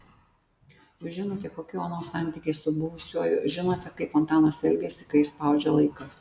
jūs žinote kokie onos santykiai su buvusiuoju žinote kaip antanas elgiasi kai spaudžia laikas